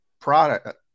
product